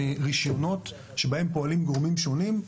רישיונות שבהם פועלים גורמים שונים,